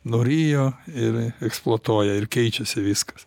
norėjo ir eksploatuoja ir keičiasi viskas